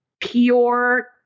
pure